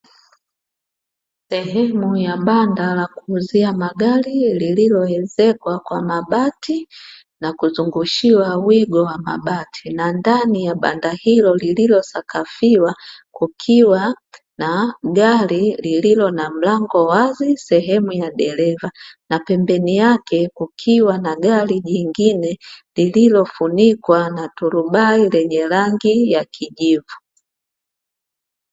Sehemu ya banda la kuuzia magari, lililoezekwa kwa mabati na kuzungushiwa wigo wa mabati na ndani ya banda hilo lililosakafiwa kukiwa na gari lililo na mlango wazi sehemu ya dereva, na pembeni yake kukiwa na gari jingine lililofunikwa na turubai lenye rangi ya kijivu.